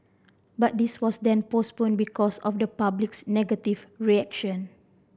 but this was then postponed because of the public's negative reaction